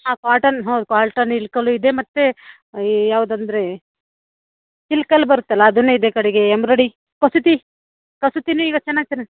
ಹಾಂ ಕಾಟನ್ ಹಾಂ ಕಾಟನೂ ಇಳಕಲ್ಲು ಇದೆ ಮತ್ತು ಈ ಯಾವ್ದು ಅಂದರೆ ಇಳ್ಕಲ್ ಬರುತ್ತಲ್ಲ ಅದನ್ನೇ ಇದೆ ಕಡೆಗೆ ಎಂರೋಡಿ ಕಸೂತಿ ಕಸೂತಿಯೂ ಈಗ ಚೆನ್ನಾಗಿ ಚೆನ್ನಾಗಿ